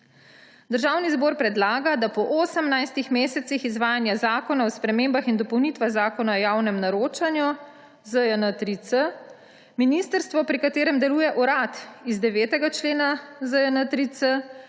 »Državni zbor predlaga, da po 18 mesecih izvajanja Zakona o spremembah in dopolnitvah Zakona o javnem naročanju, ZJN-3C, ministrstvo, pri katerih deluje urad iz 9. člena ZJN-3C,